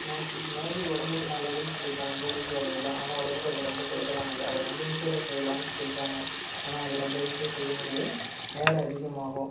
Maggi Maggi உடம்புக்கு நல்லதுன்னு சொல்லிருக்காங்க நூடுல்ஸ் வகைகள்லாம் ஆனால் உடம்புக்கு அது ரொம்ப கெடுதலானது அதை ரெண்டு நிமிஷத்தில் செய்யலான்னு சொல்கிறாங்க ஆனால் அது ரெண்டு நிமிஷத்தில் செய்ய முடியாது நேரம் அதிகமாகும்